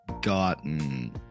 gotten